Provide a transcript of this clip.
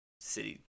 City